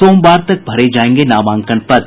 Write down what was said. सोमवार तक भरे जायेंगे नामांकन पत्र